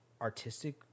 artistic